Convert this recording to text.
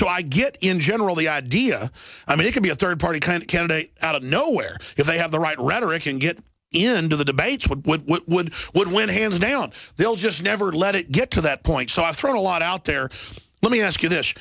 so i get in general the idea i mean you could be a third party kind of candidate out of nowhere if they have the right rhetoric and get into the debates with what would win hands down they'll just never let it get to that point so i threw a lot out there let me ask you this